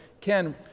Ken